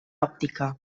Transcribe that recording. òptica